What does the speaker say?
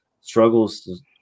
struggles